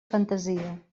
fantasia